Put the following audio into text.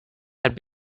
had